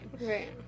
Right